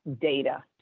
data